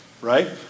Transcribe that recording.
right